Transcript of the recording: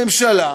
ממשלה,